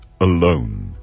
alone